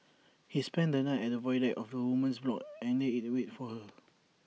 he spent the night at the void deck of the woman's block and lay is wait for her